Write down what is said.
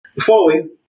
following